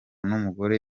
n’umugore